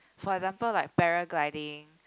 for example like paragliding